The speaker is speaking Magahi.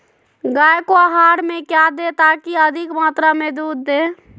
गाय को आहार में क्या दे ताकि अधिक मात्रा मे दूध दे?